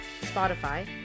Spotify